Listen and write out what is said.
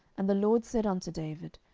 and the lord said unto david,